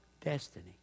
destiny